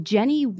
Jenny